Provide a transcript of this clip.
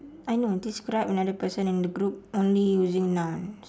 I know describe another person in the group only using nouns